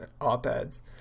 op-eds